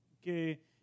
que